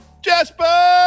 Jasper